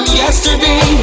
yesterday